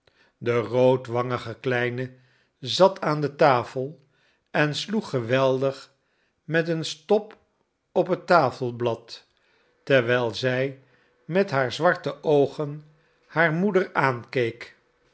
de roodwangige kleine zat aan de tafel en sloeg geweldig met een stop op het tafelblad terwijl zij met haar zwarte oogen haar moeder aankeek